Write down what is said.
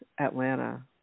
Atlanta